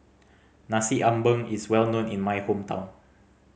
Nasi Ambeng is well known in my hometown